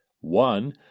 One